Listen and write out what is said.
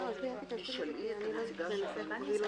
הגיש הספק"